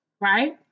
Right